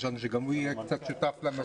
חשבנו שגם הוא יהיה קצת שותף לנושא.